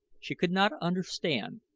she could not understand.